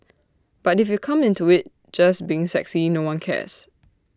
but if you come into IT just being sexy no one cares